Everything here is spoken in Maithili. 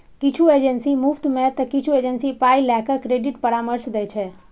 किछु एजेंसी मुफ्त मे तं किछु एजेंसी पाइ लए के क्रेडिट परामर्श दै छै